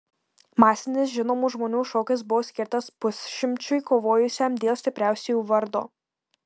masinis žinomų žmonių šokis buvo skirtas pusšimčiui kovojusiam dėl stipriausiųjų vardo